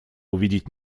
увидеть